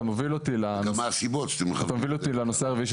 אתה מוביל אותי אל הנושא הרביעי,